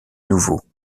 nouveau